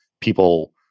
people